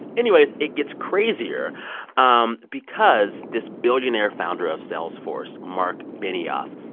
anyways, it gets crazier um because this billionaire founder of salesforce, marc benioff,